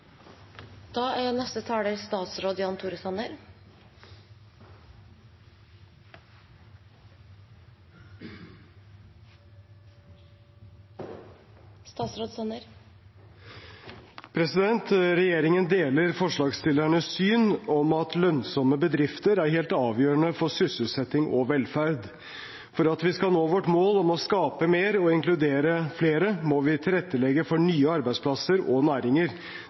Regjeringen deler forslagsstillernes syn på at lønnsomme bedrifter er helt avgjørende for sysselsetting og velferd. For at vi skal nå vårt mål om å skape mer og inkludere flere, må vi tilrettelegge for nye arbeidsplasser og næringer.